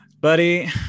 buddy